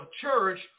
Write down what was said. church